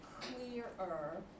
clearer